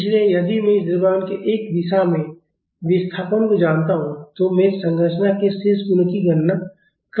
इसलिए यदि मैं इस द्रव्यमान के एक दिशा में विस्थापन को जानता हूं तो मैं संरचना के शेष गुणों की गणना कर सकता हूं